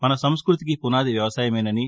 మన సంస్కృతికి పునాది వ్యవసాయమేనని